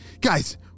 guys